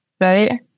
right